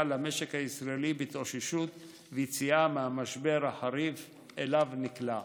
למשק הישראלי בהתאוששות ליציאה מהמשבר החריף שאליו נקלעה.